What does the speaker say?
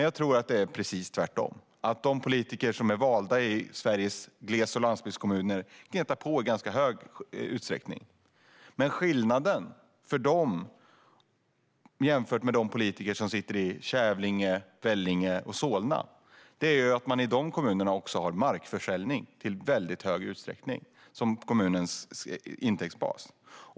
Jag tror dock att det är precis tvärtom och att de politiker som är valda i Sveriges och glesbygds och landsbygdskommuner gnetar på i ganska stor utsträckning. Skillnaden för dem jämfört med de politiker som sitter i Kävlinge, Vellinge eller Solna är att man i dessa kommuner i väldigt stor utsträckning har markförsäljning som kommunens intäktsbas.